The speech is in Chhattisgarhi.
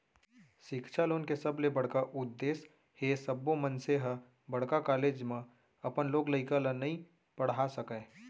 सिक्छा लोन के सबले बड़का उद्देस हे सब्बो मनसे ह बड़का कॉलेज म अपन लोग लइका ल नइ पड़हा सकय